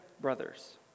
brothers